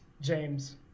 James